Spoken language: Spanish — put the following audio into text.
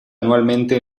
anualmente